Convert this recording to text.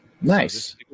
Nice